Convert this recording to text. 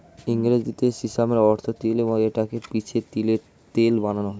ইংরেজিতে সিসামের অর্থ তিল এবং এটা কে পিষে তিলের তেল বানানো হয়